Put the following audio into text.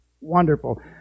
wonderful